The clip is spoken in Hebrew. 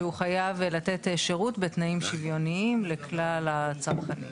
שהוא חייב לתת שירות בתנאים שוויוניים לכלל הצרכנים.